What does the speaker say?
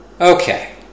Okay